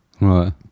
Right